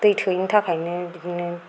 दै थोयिनि थाखायनो बिदिनो